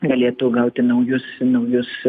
galėtų gauti naujus naujus